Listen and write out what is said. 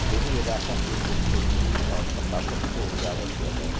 دیہی علاقوں کی خوبصورتی اور ثقافت کو اجاگر کیا جائے